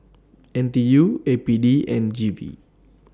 N T U A P D and G V